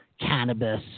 cannabis